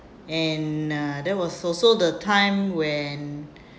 and uh that was also the time when